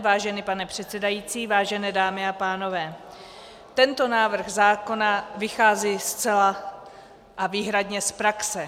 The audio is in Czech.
Vážený pane předsedající, vážené dámy a pánové, tento návrh zákona vychází zcela a výhradně z praxe.